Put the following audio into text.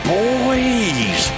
boys